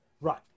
Right